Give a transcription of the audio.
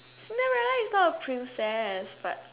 Cinderella is not a princess but